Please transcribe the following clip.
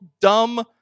dumb